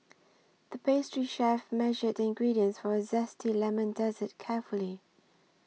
the pastry chef measured the ingredients for a Zesty Lemon Dessert carefully